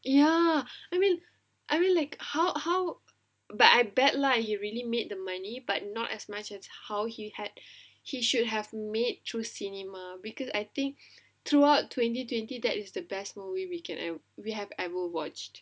ya I mean I mean like how how but I bet lah he really made the money but not as much as how he had he should have made through cinema because I think through out twenty twenty that is the best movie we can we have ever watched